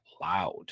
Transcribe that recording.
loud